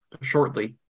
shortly